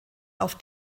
auf